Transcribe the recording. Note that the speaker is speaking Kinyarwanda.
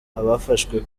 abafashwe